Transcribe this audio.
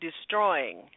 destroying